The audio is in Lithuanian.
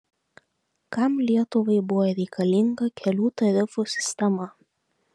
kam lietuvai buvo reikalinga kelių tarifų sistema